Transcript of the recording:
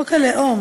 חוק הלאום